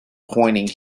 pointing